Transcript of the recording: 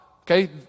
Okay